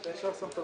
את משרד